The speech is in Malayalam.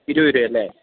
ഇരുപത് രൂപ അല്ലേ